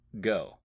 go